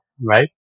right